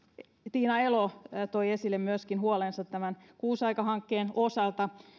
tiina elo toi esille huolensa tämän kuusi aika hankkeen osalta